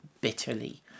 bitterly